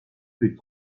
fut